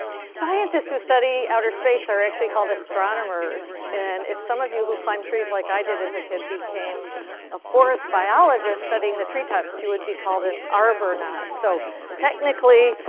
scientists who study outer space are actually called astronomers, and if some of you who climb trees, like i did as a kid, became a forest biologist studying the treetops, you would be called an arbornaut, so technically,